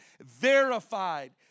verified